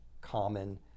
common